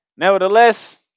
Nevertheless